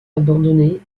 abandonné